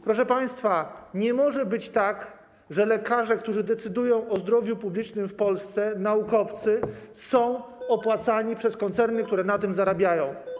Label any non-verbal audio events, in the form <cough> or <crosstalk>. Proszę państwa, nie może być tak, że lekarze, którzy decydują o zdrowiu publicznym w Polsce, naukowcy są <noise> opłacani przez koncerny, które na tym zarabiają.